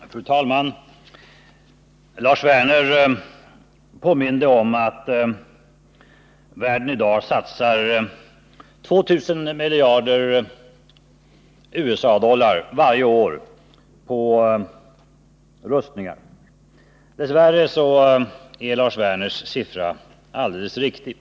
Fru talman! Lars Werner påminde om att världen i dag satsar 2000 miljarder kronor varje år på rustningar. Dess värre är Lars Werners siffra alldeles riktig.